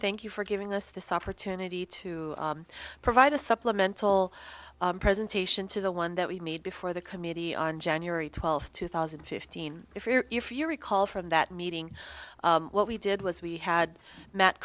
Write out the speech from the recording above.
thank you for giving us this opportunity to provide a supplemental presentation to the one that we made before the committee on january twelfth two thousand and fifteen if you recall from that meeting what we did was we had met